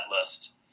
list